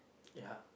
ya